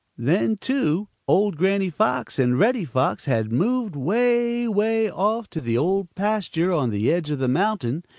then, too, old granny fox and reddy fox had moved way, way off to the old pasture on the edge of the mountain,